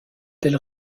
del